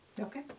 Okay